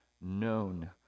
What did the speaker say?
known